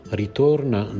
ritorna